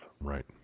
Right